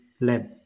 lab